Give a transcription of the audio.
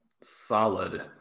solid